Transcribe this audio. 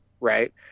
right